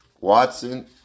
Watson